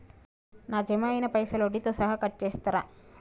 నా జమ అయినా పైసల్ వడ్డీతో సహా కట్ చేస్తరా?